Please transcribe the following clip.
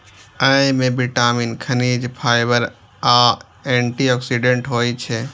अय मे विटामिन, खनिज, फाइबर आ एंटी ऑक्सीडेंट होइ छै